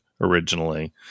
originally